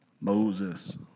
Moses